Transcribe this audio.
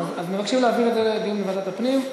אז מבקשים להעביר את זה לדיון בוועדת הפנים.